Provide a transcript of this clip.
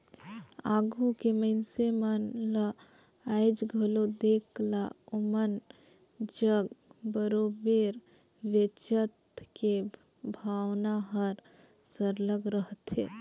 आघु के मइनसे मन ल आएज घलो देख ला ओमन जग बरोबेर बचेत के भावना हर सरलग रहथे